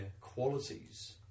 qualities